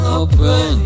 open